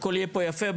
הכול יהיה פה יפה,